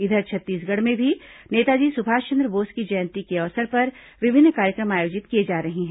इधर छत्तीसगढ़ में भी नेताजी सुभाषचंद्र बोस की जयंती के अवसर पर विभिन्न कार्यक्रम आयोजित किए जा रहे हैं